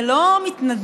זה לא מתנדנד,